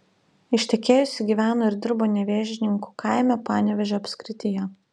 ištekėjusi gyveno ir dirbo nevėžninkų kaime panevėžio apskrityje